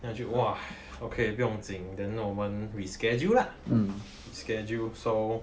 then I 就 !wah! okay 不用紧 then 我们 reschedule lah schedule so